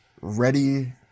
ready